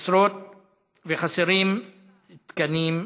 וחסרים תקנים רבים.